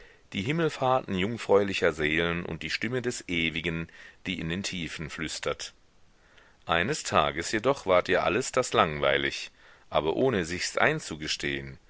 die himmelfahrten jungfräulicher seelen und die stimme des ewigen die in den tiefen flüstert eines tages jedoch ward ihr alles das langweilig aber ohne sichs einzugestehen